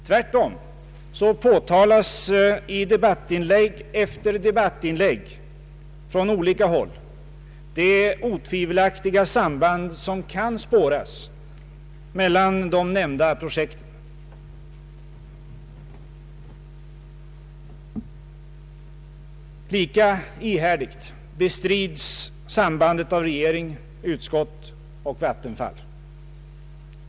Tvärtom betonas i debattinlägg efter debattinlägg från olika håll det otvivelaktiga samband som kan spåras mellan de nämnda projekten. Lika ihärdigt bestrids sambandet av regering, riksdag och Vattenfall.